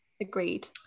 agreed